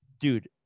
dude